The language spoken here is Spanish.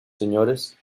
señores